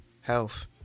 health